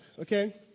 Okay